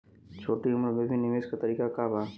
छोटी उम्र में भी निवेश के तरीका क बा?